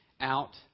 out